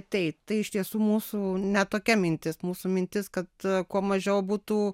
ateit tai iš tiesų mūsų ne tokia mintis mūsų mintis kad kuo mažiau būtų